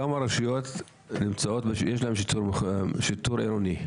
כמה רשויות יש להן שיטור עירוני?